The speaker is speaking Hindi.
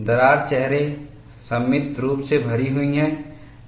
दरार चेहरे सममित रूप से भरी हुई हैं